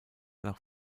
nach